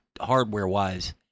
hardware-wise